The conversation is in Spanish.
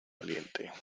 valiente